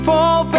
Fall